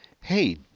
hey